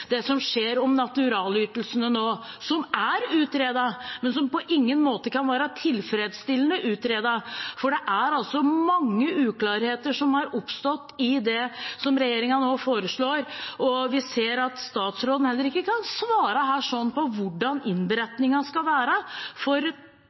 det vi har sett skjer med naturalytelsene nå, som er utredet, men som på ingen måte kan være tilfredsstillende utredet, for det er mange uklarheter som har oppstått i det som regjeringen nå foreslår. Vi ser at statsråden heller ikke kan svare på hvordan